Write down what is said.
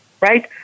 right